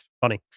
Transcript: Funny